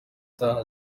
utaha